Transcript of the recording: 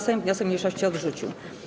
Sejm wniosek mniejszości odrzucił.